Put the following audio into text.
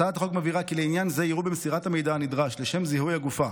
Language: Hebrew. הצעת החוק מבהירה כי לעניין זה יראו במסירת המידע הנדרש לשם זיהוי הגופה